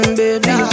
baby